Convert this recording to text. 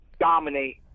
dominate